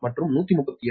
ஏ மற்றும் 13